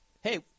hey